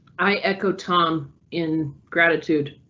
i echo tom in gratitude.